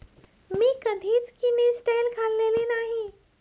मी कधीच किनिस्टेल खाल्लेले नाही